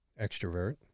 Extrovert